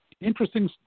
Interesting